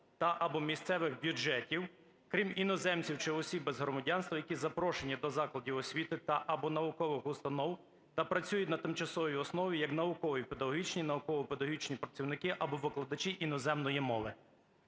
та/або місцевих бюджетів, крім іноземців чи осіб без громадянства, які запрошені до закладів освіти та/або наукових установ та працюють на тимчасовій основі як наукові, педагогічні, науково-педагогічні працівники або викладачі іноземної мови".